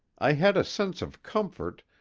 i had a sense of comfort,